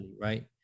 Right